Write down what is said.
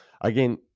Again